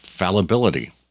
fallibility